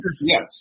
yes